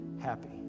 happy